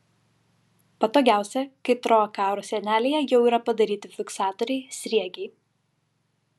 patogiausia kai troakarų sienelėje jau yra padaryti fiksatoriai sriegiai